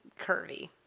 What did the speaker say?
curvy